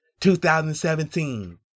2017